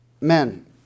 men